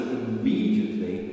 immediately